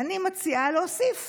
אני מציעה להוסיף